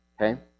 Okay